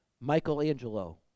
Michelangelo